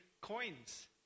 coins